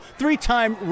three-time